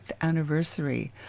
anniversary